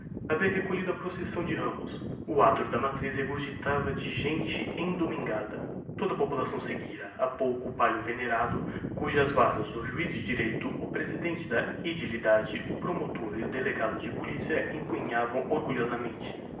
havia recolhido a procissão de ramos o adro da matriz regorgitava de gente endomingada toda a população seguira ha pouco o pallio venerando cujas varas o juiz de direito o presidente da edilidade o promotor e o delegado de policia empunhavam orgulhosamente